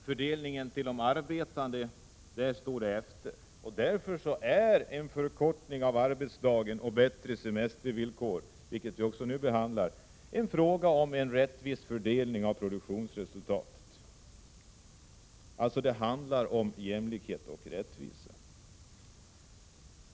Fördelningen till de arbetande har däremot stått tillbaka, och därför är en förkortning av arbetsdagen och bättre semestervillkor en fråga om rättvis fördelning av produktionsresultatet. Det handlar alltså om jämlikhet och rättvisa.